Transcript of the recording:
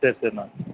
சரி சரிண்ணா